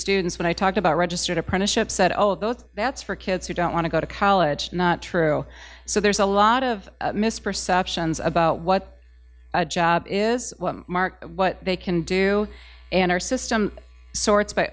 students when i talked about registered apprenticeships said oh a both that's for kids who don't want to go to college not true so there's a lot of misperceptions about what a job is mark what they can do and our system sorts by